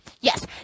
Yes